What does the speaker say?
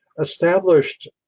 established